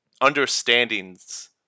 understandings